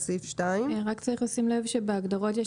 לסעיף 2. רק צריך לשים לב שבהגדרות יש